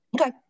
Okay